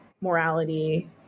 morality